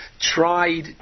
tried